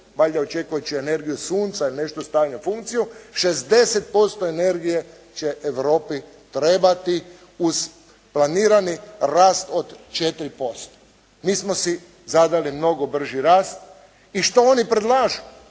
valjda očekujući energiju sunca ili nešto … /Govornik se ne razumije./ … 60% energije će Europi trebati uz planirani rast od 4%. Mi smo si zadali mnogo brži rast i što oni predlažu,